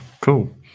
cool